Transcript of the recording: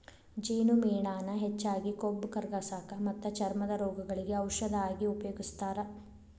ಜೇನುಮೇಣಾನ ಹೆಚ್ಚಾಗಿ ಕೊಬ್ಬ ಕರಗಸಾಕ ಮತ್ತ ಚರ್ಮದ ರೋಗಗಳಿಗೆ ಔಷದ ಆಗಿ ಉಪಯೋಗಸ್ತಾರ